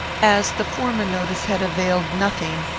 as the former notice had availed nothing,